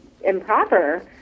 improper